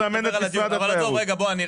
יש